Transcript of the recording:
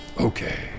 Okay